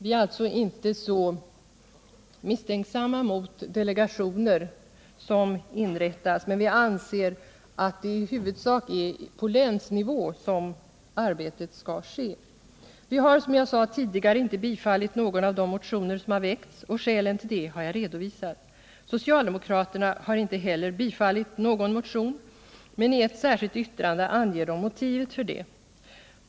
Vi är alltså inte så misstänksamma mot delegationer som inrättas, och vi anser att det i huvudsak är på länsnivå som arbetet skall ske. Vi har av skäl som jag tidigare har redovisat inte bifallit någon av de motioner som har väckts. Socialdemokraterna har inte heller bifallit någon motion, men i ett särskilt yttrande anger man motivet för det.